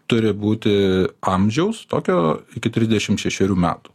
turi būti amžiaus tokio iki trisdešim šešerių metų